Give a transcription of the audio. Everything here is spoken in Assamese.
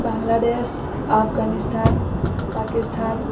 বাংলাদেশ আফগানিস্থান পাকিস্তান